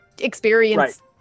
experience